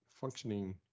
functioning